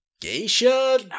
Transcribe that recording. Geisha